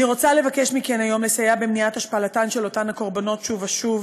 אני רוצה לבקש מכם היום לסייע במניעת השפלתן של אותן הקורבנות שוב ושוב.